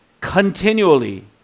continually